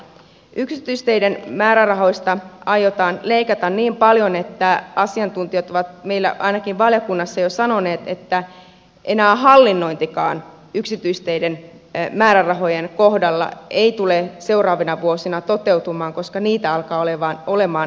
yksityisteiden määrärahoista aiotaan leikata niin paljon että asiantuntijat ovat meillä ainakin valiokunnassa jo sanoneet että enää hallinnointikaan yksityisteiden määrärahojen kohdalla ei tule seuraavina vuosina toteutumaan koska niitä alkaa olla liian vähän